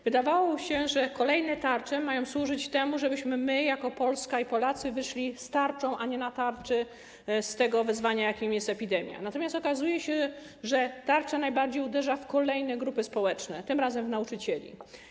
Wydawało się, że kolejne tarcze mają służyć temu, żebyśmy my jako Polska i Polacy wyszli z tarczą, a nie na tarczy z tego wyzwania, jakim jest epidemia, natomiast okazuje się, że tarcza najbardziej uderza w kolejne grupy społeczne, tym razem w nauczycieli.